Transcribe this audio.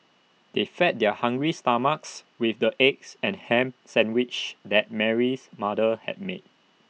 they fed their hungry stomachs with the eggs and Ham Sandwiches that Mary's mother had made